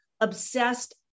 obsessed